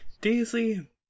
Daisy